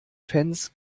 fans